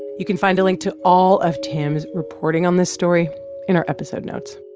you can find a link to all of tim's reporting on this story in our episode notes